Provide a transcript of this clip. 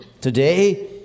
Today